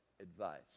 advice